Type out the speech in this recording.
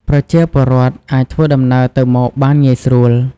ប្រជាពលរដ្ឋអាចធ្វើដំណើរទៅមកបានងាយស្រួល។